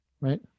Right